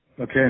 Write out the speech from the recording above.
Okay